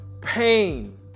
pain